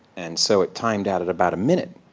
and so it timed out at about a minute.